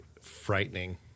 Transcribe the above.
frightening